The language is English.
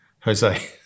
Jose